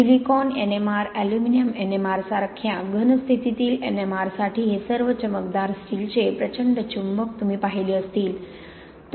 silicon NMR aluminium NMR सारख्या घन स्थितीतील एनएमआरसाठी हे सर्व चमकदार स्टीलचे प्रचंड चुंबक तुम्ही पाहिले असतील